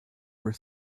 were